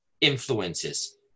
influences